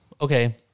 okay